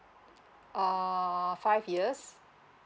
err five years